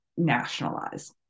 nationalize